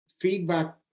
feedback